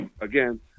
again